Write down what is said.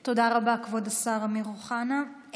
תודה, כבוד השר אמיר אוחנה.